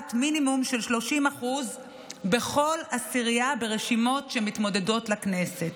וקובעת מינימום של 30% בכל עשירייה ברשימות שמתמודדות לכנסת.